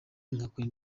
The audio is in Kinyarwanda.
ngakora